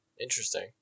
Interesting